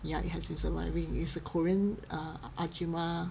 ya it has been surviving it's a korean err ahjumma